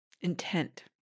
intent